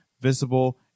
visible